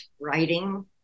writing